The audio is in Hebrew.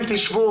אתם תשבו,